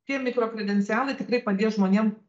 tie mikro kredencialai tikrai padės žmonėm